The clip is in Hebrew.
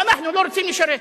ואנחנו לא רוצים לשרת.